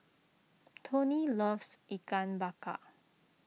Toni loves Ikan Bakar